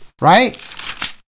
Right